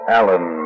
Alan